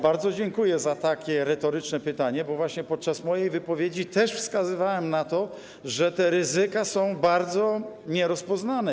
Bardzo dziękuję za takie retoryczne pytanie, bo właśnie podczas mojej wypowiedzi też wskazywałem na to, że te ryzyka są jeszcze bardzo nierozpoznane.